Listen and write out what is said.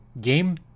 game